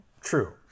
True